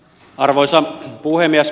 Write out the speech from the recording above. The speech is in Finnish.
arvoisa puhemies